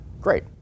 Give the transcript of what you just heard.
Great